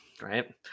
right